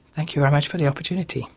thank you very much for the opportunity